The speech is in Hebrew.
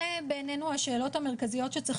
אלה הן בעינינו השאלות המרכזיות שצריך